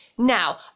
Now